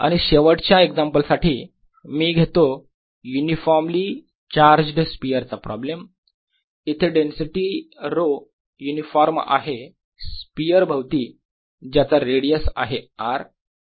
4πr2drQ28π0Rdrr2Q28π0R आणि शेवटचे एक्झाम्पल साठी मी घेतो युनिफॉर्मली चार्ज्ड स्पियर चा प्रॉब्लेम इथे डेन्सिटी ρ युनिफॉर्म आहे स्पियर भवती ज्याचा रेडियस आहे R